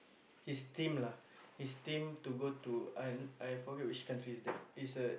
his team lah his team to go to an I forget which country is that is a